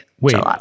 Wait